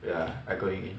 ya I going in